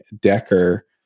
Decker